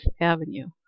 Avenue